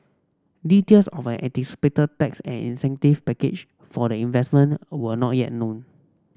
details of an anticipated tax and incentive package for the investment were not yet known